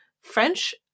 french